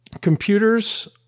Computers